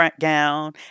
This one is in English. gown